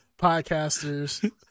podcasters